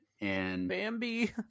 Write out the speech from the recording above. Bambi